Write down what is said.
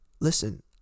listen